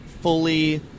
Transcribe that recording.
fully